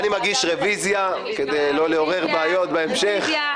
אני מגיש רביזיה, כדי לא לעורר בעיות בהמשך.